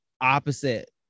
opposite